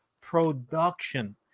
production